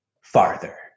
farther